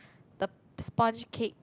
the sp~ sponge cake